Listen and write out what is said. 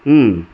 ಹ್ಞೂಂ